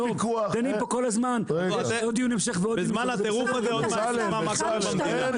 בזמן הטירוף הזה עוד מעט נשמע מה קרה במדינה.